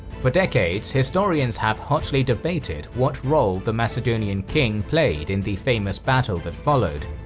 for decades, historians have hotly debated what role the macedonian king played in the famous battle that followed,